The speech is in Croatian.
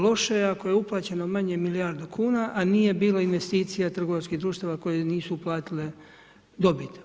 Loše je ako je uplaćeno manje milijardu kuna, a nije bilo investicija trgovačkih društva koje nisu uplatile dobit.